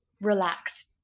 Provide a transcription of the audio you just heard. relax